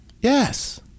Yes